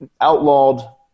outlawed